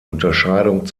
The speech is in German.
unterscheidung